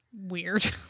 weird